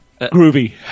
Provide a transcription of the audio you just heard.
Groovy